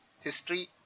History